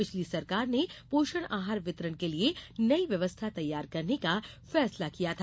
पिछली सरकार ने पोषण आहार वितरण के लिए नई व्यवस्था तैयार करने का फैसला किया था